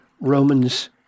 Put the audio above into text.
Romans